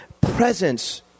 presence